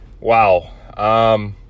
Wow